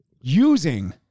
using